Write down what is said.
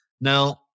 Now